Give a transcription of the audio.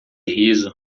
riso